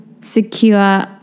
secure